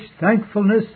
thankfulness